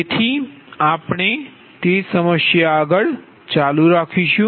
તેથી આપણે તે સમસ્યા આગળ ચાલુ રાખીશું